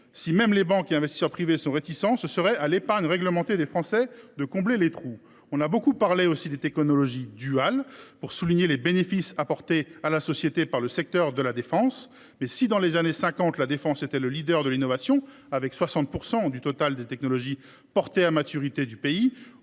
si même les banques et les investisseurs privés sont réticents, serait ce à l’épargne réglementée des Français de combler les trous ? On a beaucoup parlé aussi des technologies duales, pour souligner les bénéfices apportés par le secteur de la défense. Mais si, dans les années 1950, la défense était le leader de l’innovation, avec 60 % du total des technologies portées à maturité du pays,